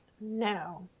No